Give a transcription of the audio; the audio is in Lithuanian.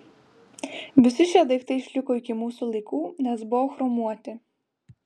visi šie daiktai išliko iki mūsų laikų nes buvo chromuoti